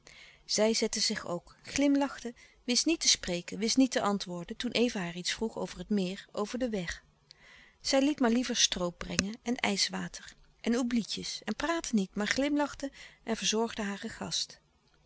zij zette zich ook glimlachte wist niet te spreken wist niet te antwoorden toen eva haar iets vroeg over het meer over den weg zij liet maar liever stroop brengen en ijswater en oublie tjes en praatte niet maar glimlachte en verzorgde hare gast